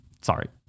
sorry